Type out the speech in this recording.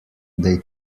they